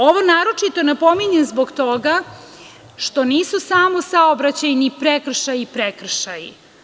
Ovo naročito napominjem zbog toga što nisu samo saobraćajni prekršaji prekršaji.